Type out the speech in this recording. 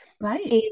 Right